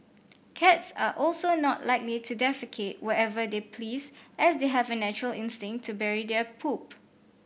cats are also not likely to defecate wherever they please as they have a natural instinct to bury their poop